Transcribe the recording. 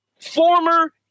Former